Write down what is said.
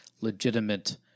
legitimate